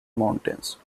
mountains